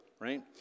right